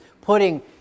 putting